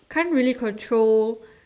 can't really control